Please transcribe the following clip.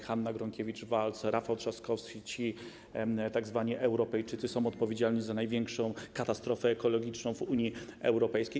Hanna Gronkiewicz-Waltz, Rafał Trzaskowski, ci tzw. Europejczycy, są odpowiedzialni za największą katastrofę ekologiczną w Unii Europejskiej.